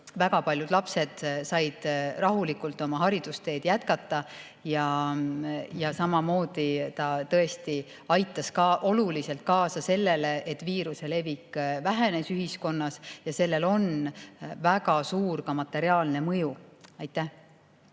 väga paljud lapsed said rahulikult oma haridusteed jätkata. Samamoodi see tõesti aitas oluliselt kaasa sellele, et viiruse levik vähenes ühiskonnas. Sellel on ka väga suur materiaalne mõju. Aitäh!